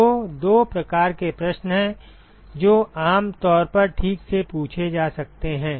तो दो प्रकार के प्रश्न हैं जो आम तौर पर ठीक से पूछे जा सकते हैं